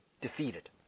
defeated